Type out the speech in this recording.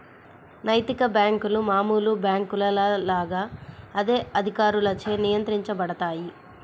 నైతిక బ్యేంకులు మామూలు బ్యేంకుల లాగా అదే అధికారులచే నియంత్రించబడతాయి